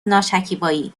ناشکیبایی